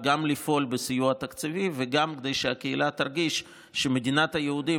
גם לפעול בסיוע תקציבי וגם כדי שהקהילה תרגיש שמדינת היהודים